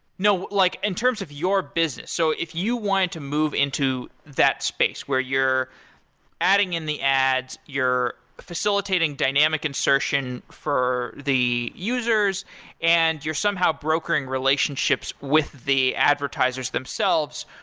no. like in terms of your business. so if you wanted to move into that space where you're adding in the ads, you're facilitating dynamic insertion for the users and you're somehow brokering relationships with the advertisers themselves.